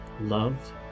love